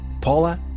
Paula